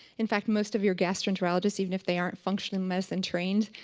in fact, most of your gastroenterologist, even if they aren't functioning medicine-trained,